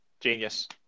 Genius